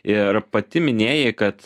ir pati minėjai kad